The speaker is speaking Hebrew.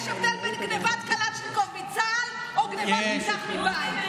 יש הבדל בין גנבת קלצ'ניקוב מצה"ל לגנבת אקדח מבית.